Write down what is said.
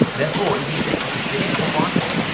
therefore is he addicted to beer or biking?